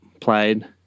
played